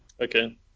Okay